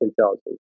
intelligence